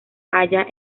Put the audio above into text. halla